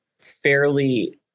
fairly